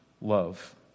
love